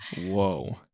Whoa